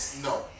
no